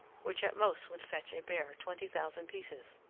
which at most would fetch a bare twenty thousand pieces.